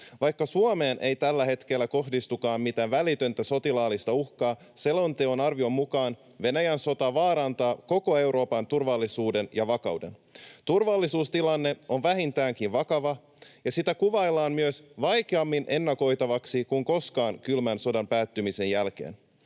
Vaikka Suomeen ei tällä hetkellä kohdistukaan mitään välitöntä sotilaallista uhkaa, selonteon arvion mukaan Venäjän sota vaarantaa koko Euroopan turvallisuuden ja vakauden. Turvallisuustilanne on vähintäänkin vakava ja sitä kuvaillaan myös vaikeammin ennakoitavaksi kuin koskaan kylmän sodan päättymisen jälkeen.